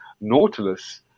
Nautilus